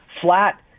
flat